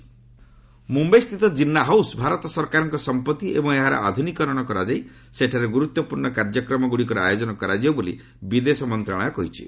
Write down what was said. MEA Jinnah house Mumbai ସ୍ଥିତ Jinnah house Bharat ସରକାରଙ୍କ ସମ୍ପତ୍ତି ଏବଂ ଏହାର ଆଧୁନିକିକରଣ କରାଯାଇ ସେଠାରେ ଗୁରୁତ୍ୱପୂର୍ଣ୍ଣ କାର୍ଯ୍ୟକ୍ରମଗୁଡ଼ିକର ଆୟୋଜନ କରାଯିବ ବୋଲି ବିଦେଶ ମନ୍ତ୍ରଣାଳୟ କହିଛି